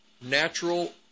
natural